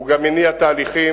הוא גם הניע תהליכים,